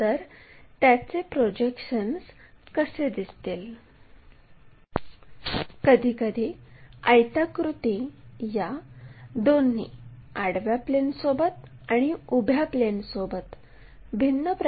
तर cd चे projections काढा आणि आडव्या प्लेनसोबत आणि उभ्या प्लेनसोबत असलेले कोन शोधा